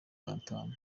batanu